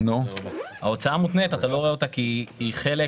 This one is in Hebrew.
את ההוצאה המותנית אתה לא רואה כי היא חלק